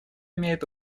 имеет